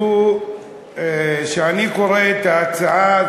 כשאני קורא את ההצעה,